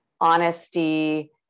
honesty